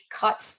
cuts